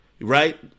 right